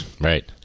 right